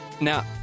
Now